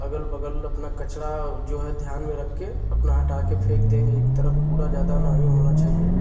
अगल बगल अपना कचरा जो है ध्यान में रख कर अपना हटा कर फेंक दें एक तरफ कूड़ा ज़्यादा न ही होना चाहिए